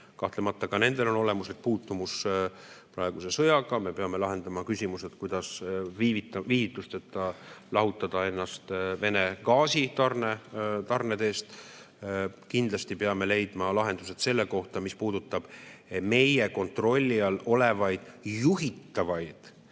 Kahtlemata ka nendel on olemuslik puutumus praeguse sõjaga. Me peame lahendama küsimused, kuidas viivitusteta lahutada ennast Vene gaasi tarnetest. Kindlasti peame leidma lahendused sellele, mis puudutab meie kontrolli all olevaid juhitavaid